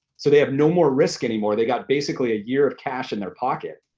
so they have no more risk anymore, they got basically a year of cash in their pocket,